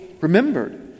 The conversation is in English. remembered